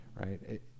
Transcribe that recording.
right